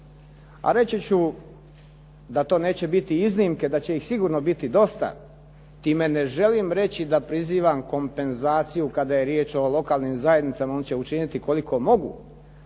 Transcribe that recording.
a reći ću da to neće biti iznimke, da će ih sigurno biti dosta. Time ne želim reći da prizivam kompenzaciju kada je riječ o lokalnim zajednicama, one će učiniti koliko mogu,